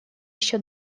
еще